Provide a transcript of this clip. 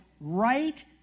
right